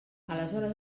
aleshores